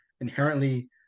inherently